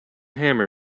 hammer